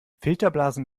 filterblasen